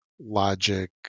logic